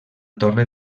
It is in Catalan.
torre